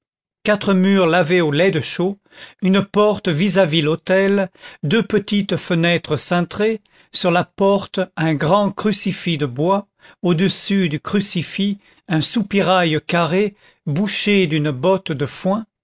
quatre murs lavés au lait de chaux une porte vis-à-vis l'autel deux petites fenêtres cintrées sur la porte un grand crucifix de bois au-dessus du crucifix un soupirail carré bouché d'une botte de foin